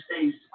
States